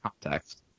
context